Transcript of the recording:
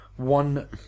One